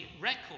record